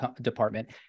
department